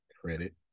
credit